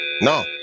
no